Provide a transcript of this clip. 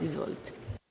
Izvolite.